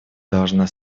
должна